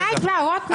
די כבר רוטמן.